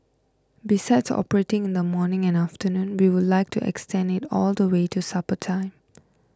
besides operating in the morning and afternoon we would like to extend it all the way to supper time